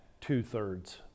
two-thirds